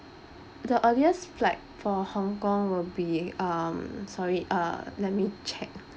the earliest flight for hong kong would be um sorry uh let me check